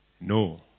No